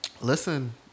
Listen